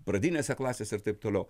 pradinėse klasėse ir taip toliau